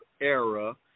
era